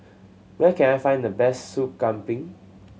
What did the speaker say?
where can I find the best Sup Kambing